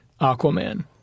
Aquaman